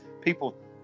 people –